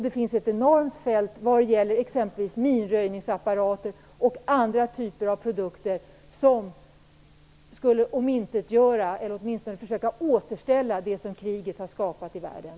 Det finns ett enormt fält vad gäller exempelvis minröjningsapparater och andra typer av produkter som skulle, om än inte omintetgöra det som kriget skapat, så åtminstone återställa det som kriget har förstört i världen.